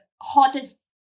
hottest